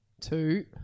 Two